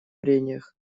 прениях